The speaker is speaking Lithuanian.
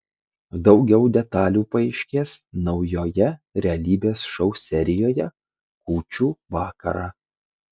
daugiau detalių paaiškės naujoje realybės šou serijoje kūčių vakarą